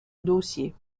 dossier